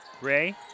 Ray